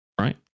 Right